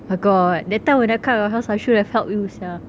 my god that time when I come your house I should have helped you sia